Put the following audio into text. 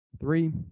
three